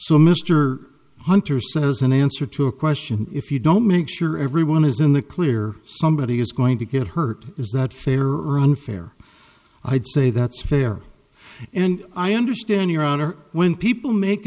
so mr hunter says in answer to a question if you don't make sure everyone is in the clear somebody is going to get hurt is that fair or unfair i'd say that's fair and i understand your honor when people make